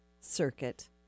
circuit